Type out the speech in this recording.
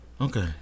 Okay